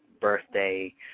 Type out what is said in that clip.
birthday